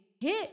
Hit